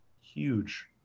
huge